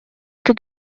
тут